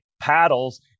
paddles